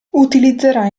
utilizzerà